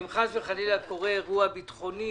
שאם חס וחלילה יקרה אירוע ביטחוני